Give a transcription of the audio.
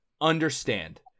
understand